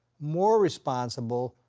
more responsible,